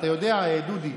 אתה יודע, דודי?